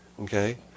Okay